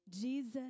Jesus